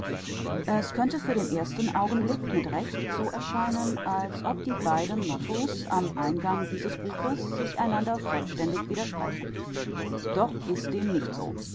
es könnte für den ersten augenblick mit recht so erscheinen als ob die beiden motto's am eingang dieses buches sich einander vollständig widersprächen doch ist dem nicht so